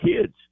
kids